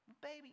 Baby